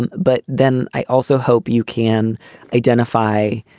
and but then i also hope you can identify,